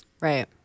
Right